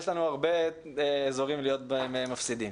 יש לנו הרבה אזורים להיות בהם מפסידים.